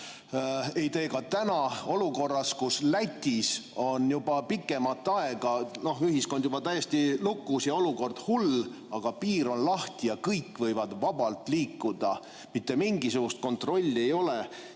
ei tee ka täna, olukorras, kus Lätis on juba pikemat aega ühiskond täiesti lukus ja olukord hull, aga piir on lahti ja kõik võivad vabalt liikuda. Mitte mingisugust kontrolli ei ole.